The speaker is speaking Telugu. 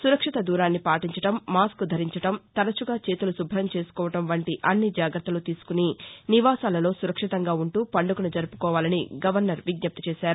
సురక్షిత దూరాన్ని పాటించటం మాస్కు ధరించటం తరచుగా చేతులు శుభ్రం చేసుకోవడం వంటి అన్ని జాగ్రత్తలు తీసుకుని నివాసాలలో సురక్షితంగా ఉంటూ పండుగను జరుపుకోవాలని గవర్నర్ విజ్జప్తి చేశారు